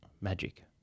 Magic